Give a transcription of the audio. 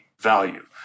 value